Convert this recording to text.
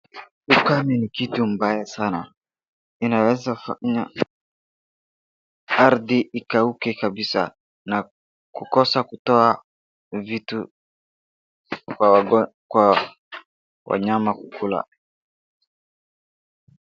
Ukame ni kitu mbaya sana inawezafanya ardhi ikauke kabisa na kukosa kutoa vitu kwa wanyama kukula.